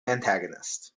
antagonist